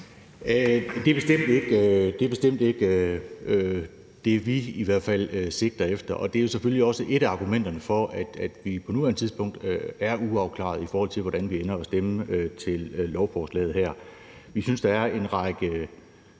Det er bestemt ikke det, vi i hvert fald sigter efter, og det er jo selvfølgelig også et af argumenterne for, at vi på nuværende tidspunkt er uafklaret, i forhold til hvordan vi ender med at stemme til lovforslaget her. Vi synes, der er en række